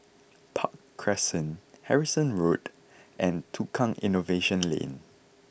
Park Crescent Harrison Road and Tukang Innovation Lane